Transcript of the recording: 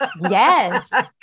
Yes